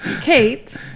Kate